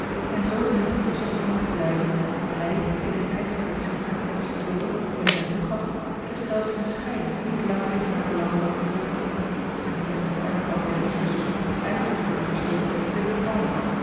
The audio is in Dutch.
en zoo dringend verzocht zij hem te blijven dat hij die zijn eigen liefsten hartewensch vervulde wanneer hij toegaf zich zelfs in schijn niet lang tegen haar verlangen kon verzetten temeer daar mevrouw jennings verzoek ijverig werd ondersteund door den